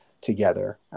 together